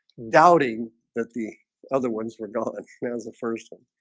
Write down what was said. doubting that the other ones were gone and man's the first one